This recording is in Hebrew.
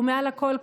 ומעל לכול,